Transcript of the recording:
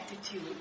attitude